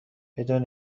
بدون